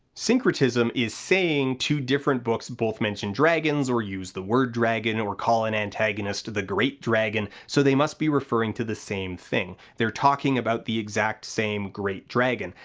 syncretism is saying two different books both mention dragons or use the word dragon or call an antagonist the great dragon, so they must be referring to the same thing, they're talking about the exact same great dragon,